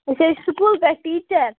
أسۍ حظ چھِ سکوٗل پٮ۪ٹھ ٹیٖچَر